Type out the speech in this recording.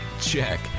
check